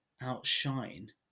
outshine